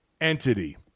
entity